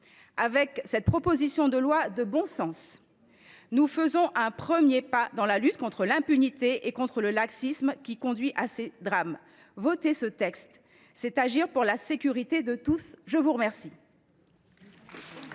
Avec cette proposition de loi de bon sens, nous faisons un premier pas dans la lutte contre l’impunité et contre le laxisme, qui conduit à des drames. Voter ce texte, c’est agir pour la sécurité de tous. La parole